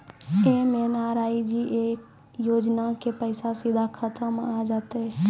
MNREGA योजना के पैसा सीधा खाता मे आ जाते?